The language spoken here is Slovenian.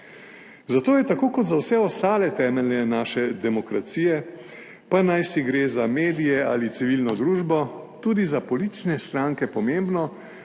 Zato je tako kot za vse ostale temelje naše demokracije pa naj si gre za medije ali civilno družbo, tudi za politične stranke pomembno,